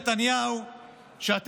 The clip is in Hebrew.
נתניהו שאמר את זה אז כבר לא קיים יותר.